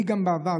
גם אני בעבר,